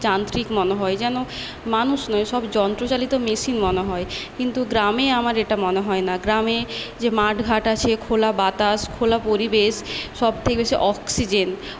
যান্ত্রিক মনে হয় যেন মানুষ নয় সব যন্ত্রচালিত মেশিন মনে হয় কিন্তু গ্রামে আমার এইটা মনে হয়না গ্রামে যে মাঠ ঘাট আছে খোলা বাতাস খোলা পরিবেশ সব থেকে বেশি অক্সিজেন